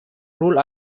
rule